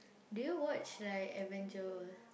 do you watch like Avenger all